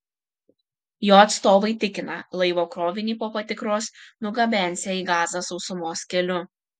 jo atstovai tikina laivo krovinį po patikros nugabensią į gazą sausumos keliu